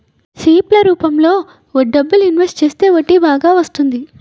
SIP ల రూపంలో డబ్బులు ఇన్వెస్ట్ చేస్తే వడ్డీ బాగా వత్తంది